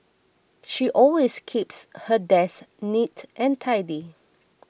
she always keeps her desk neat and tidy